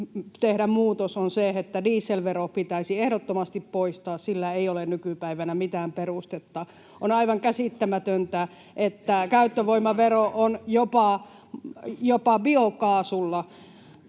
tehdä muutos, on se, että dieselvero pitäisi ehdottomasti poistaa — sillä ei ole nykypäivänä mitään perustetta. On aivan käsittämätöntä, että käyttövoimavero on jopa biokaasulla.